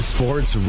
Sports